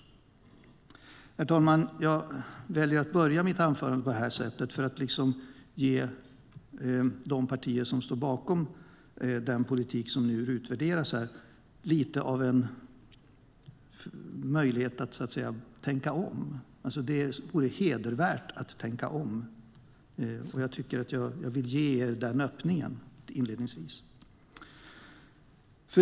Herr talman! Jag väljer att inleda mitt anförande på det här sättet för att ge de partier som står bakom den politik som nu utvärderas en möjlighet att tänka om. Det vore hedervärt om de tänkte om. Jag vill inledningsvis ge er den öppningen.